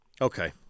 Okay